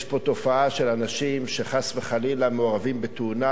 יש פה תופעה של אנשים שחס וחלילה מעורבים בתאונה,